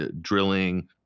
drilling